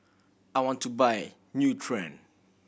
I want to buy Nutren